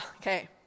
okay